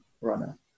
runner